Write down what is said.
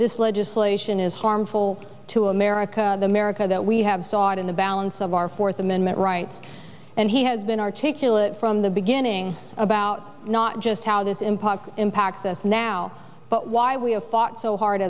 this legislation is harmful to america the america that we have sought in the balance of our fourth amendment rights and he has been articulate from the beginning about not just how this impacts impact us now but why we have fought so hard